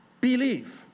believe